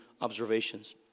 observations